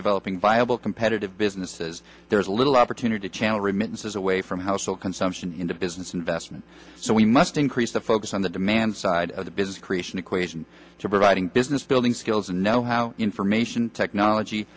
developing viable competitive businesses there's little opportunity to channel remittances away from household consumption into business investment so we must increase the focus on the demand side of the business creation equation to providing business building skills and know how information technology